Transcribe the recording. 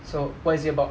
so what is it about